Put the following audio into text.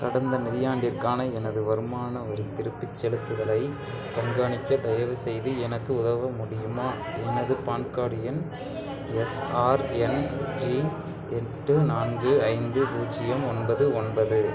கடந்த நிதியாண்டிற்கான எனது வருமான வரி திருப்பிச் செலுத்துதலைக் கண்காணிக்க தயவுசெய்து எனக்கு உதவ முடியுமா எனது பான் கார்டு எண் எஸ்ஆர்என்ஜி எட்டு நான்கு ஐந்து பூஜ்ஜியம் ஒன்பது ஒன்பது